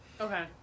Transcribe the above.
Okay